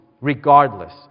regardless